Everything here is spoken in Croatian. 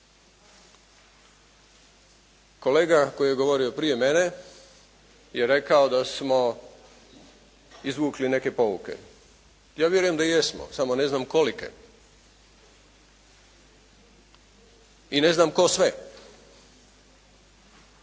Kolega koji je govorio prije mene je rekao da smo izvukli neke pouke. Ja vjerujem da jesmo, samo ne znam kolike i ne znam tko sve.